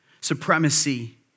supremacy